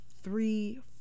three